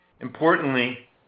Importantly